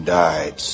died